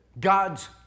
God's